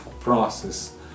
process